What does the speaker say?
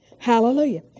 Hallelujah